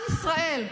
עם ישראל,